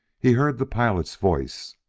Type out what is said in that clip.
he heard the pilot's voice.